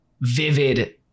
vivid